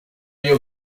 your